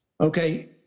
Okay